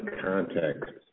context